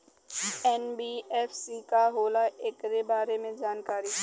NBFC का होला ऐकरा बारे मे जानकारी चाही?